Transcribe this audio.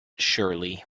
surely